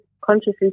consciously